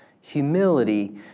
humility